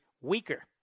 weaker